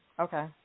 Okay